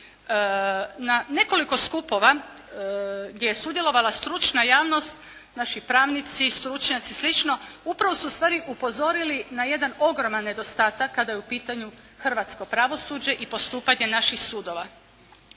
Na nekoliko skupova je sudjelovala stručna javnost naši pravnici, stručnjaci i slično upravo su ustvari upozorili na jedan ogroman nedostatak kada je u pitanje hrvatsko pravosuđe i postupanje naših sudova.